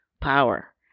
power